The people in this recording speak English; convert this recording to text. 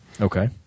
Okay